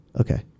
Okay